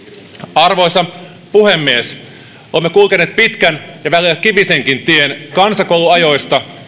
arvoisa puhemies olemme kulkeneet pitkän ja välillä kivisenkin tien kansakouluajoista